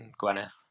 Gwyneth